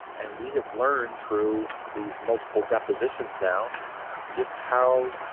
and we have learned through these multiple depositions now just how